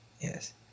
Yes